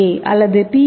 ஏ அல்லது பி